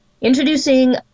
introducing